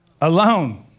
Alone